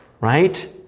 right